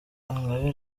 ingabire